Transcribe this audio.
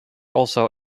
also